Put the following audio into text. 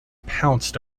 pounced